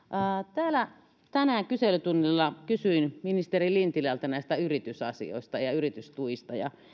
tänään kyselytunnilla kysyin ministeri lintilältä näistä yritysasioista ja yritystuista